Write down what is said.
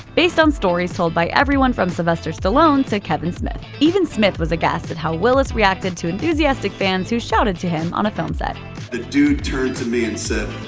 based on stories told by everyone from sylvester stallone to kevin smith. even smith was a aghast at how willis reacted to enthusiastic fans who shouted to him on a film set the dude turned to me and said,